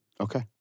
Okay